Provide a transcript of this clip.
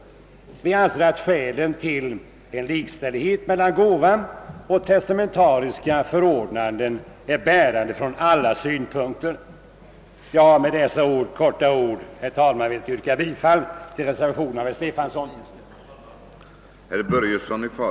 Vi anser att skälen för likställighet mellan gåva och testamentariskt förordnande är bärande från alla synpunkter. Jag vill med dessa få ord, herr talman, yrka bifall till reservationen av herr Stefanson m.fl.